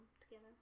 together